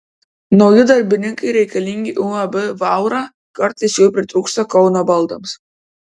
nauji darbininkai reikalingi uab vaura kartais jų pritrūksta kauno baldams